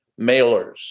mailers